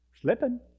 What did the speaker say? Slipping